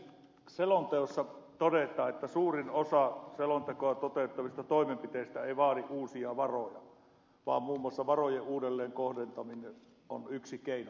selonteossa todetaan että suurin osa selontekoa toteutettavista toimenpiteistä ei vaadi uusia varoja vaan muun muassa varojen uudelleenkohdentaminen on yksi keino